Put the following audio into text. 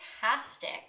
fantastic